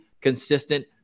consistent